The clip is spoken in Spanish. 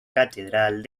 catedral